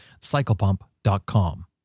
Cyclepump.com